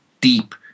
deep